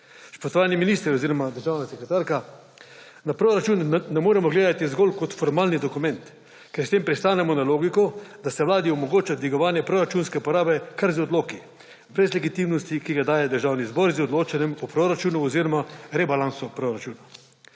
Spoštovani minister oziroma državna sekretarka! Na proračun ne moremo gledati zgolj kot formalni dokument, ker s tem pristanemo na logiko, da se Vladi omogoča dvigovanje proračunske porabe kar z odloki, brez legitimnosti, ki ga daje Državni zbor z odločanjem o proračunu oziroma rebalansu proračuna.